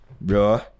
Bro